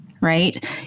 right